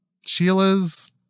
Sheila's